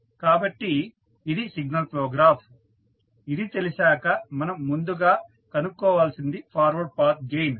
కాబట్టి ఇది signal flow graph ఇది తెలిసాక మనం ముందుగా కనుక్కోవాల్సింది ఫార్వర్డ్ పాత్ గెయిన్